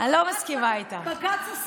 זה מה שבג"ץ עשה,